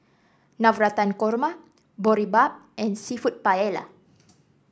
Navratan Korma Boribap and seafood Paella